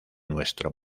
nuestro